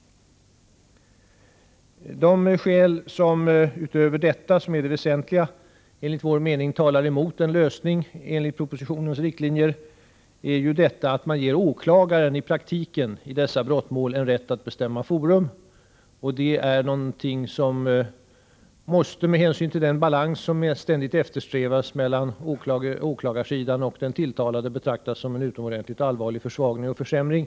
De skäl som därutöver enligt vår mening väsentligt talar emot en lösning i enlighet med propositionens riktlinjer är att man i praktiken ger åklagaren i dessa brottmål en rätt att bestämma forum, vilket är någonting som med hänsyn till den balans som ständigt eftersträvas mellan åklagarsidan och den tilltalade måste betraktas som en utomordentligt allvarlig försvagning och försämring.